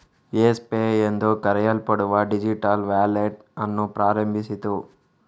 Yes Pay ಎಂದು ಕರೆಯಲ್ಪಡುವ digital wallet ಅನ್ನು ಪ್ರಾರಂಭಿಸಿತು